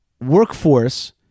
workforce